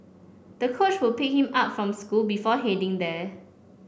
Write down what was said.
the coach would pick him up from school before heading there